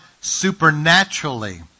supernaturally